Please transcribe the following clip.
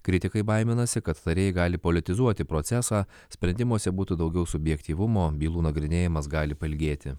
kritikai baiminasi kad tarėjai gali politizuoti procesą sprendimuose būtų daugiau subjektyvumo bylų nagrinėjimas gali pailgėti